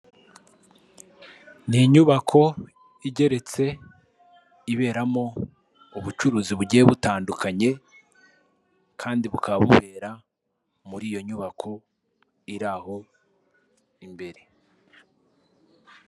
Ni inyubako igeretse iberamo ubucuruzi bugiye butandukanye, kandi bukaba bubera muri iyo nyubako iriho imbere.